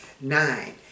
Nine